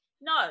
no